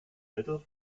middle